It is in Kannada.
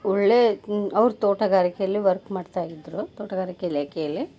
ಒಳ್ಳೆ ಅವ್ರು ತೋಟಗಾರಿಕೆಯಲ್ಲಿ ವರ್ಕ್ ಮಾಡ್ತಾ ಇದ್ದರು ತೋಟಗಾರಿಕೆ ಇಲಾಖೆಯಲ್ಲಿ